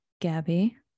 Gabby